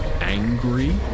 angry